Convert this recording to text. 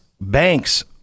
banks